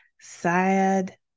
sad